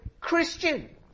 Christian